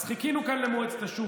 אז חיכינו כאן למועצת השורא.